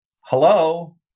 hello